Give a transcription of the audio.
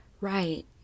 Right